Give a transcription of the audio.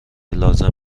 لازم